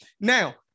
now